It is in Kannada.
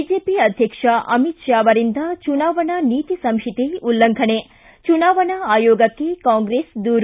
ಬಿಜೆಪಿ ಅಧ್ಯಕ್ಷ ಅಮಿತ್ ಷಾ ಅವರಿಂದ ಚುನಾವಣಾ ನೀತಿ ಸಂಹಿತೆ ಉಲ್ಲಂಘನೆ ಚುನಾವಣಾ ಆಯೋಗಕ್ಕೆ ಕಾಂಗ್ರೆಸ್ ದೂರು